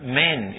men